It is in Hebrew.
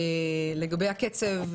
לגבי הקצב,